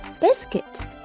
Biscuit